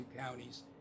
counties